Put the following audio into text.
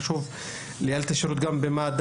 חשוב לייעל גם את השירות במד"א.